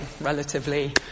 relatively